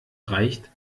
reicht